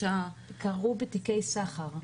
קרו בתיקי סחר.